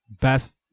Best